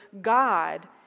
God